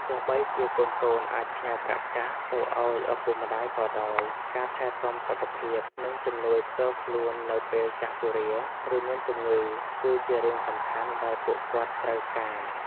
ទោះបីជាកូនៗអាចផ្ញើប្រាក់កាសទៅឱ្យឪពុកម្ដាយក៏ដោយ ការថែទាំសុខភាព និងជំនួយផ្ទាល់ខ្លួននៅពេលចាស់ជរា ឬមានជំងឺ គឺជារឿងសំខាន់ដែលពួកគាត់ត្រូវការ។